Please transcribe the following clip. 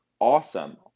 awesome